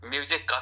Music